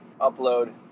upload